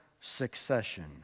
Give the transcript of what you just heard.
succession